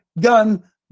gun